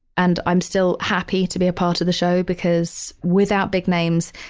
and i'm still happy to be a part of the show because without big names,